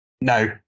No